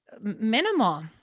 minimal